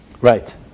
Right